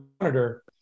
monitor